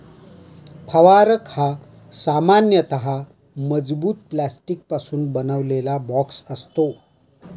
फवारक हा सामान्यतः मजबूत प्लास्टिकपासून बनवलेला बॉक्स असतो